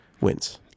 wins